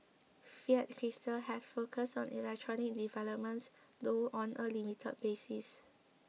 Fiat Chrysler has focused on electric developments though on a limited basis